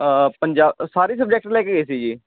ਪੰਜਾ ਅ ਸਾਰੇ ਸਬਜੈਕਟ ਲੈ ਕੇ ਗਏ ਸੀ ਜੀ